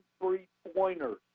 three-pointers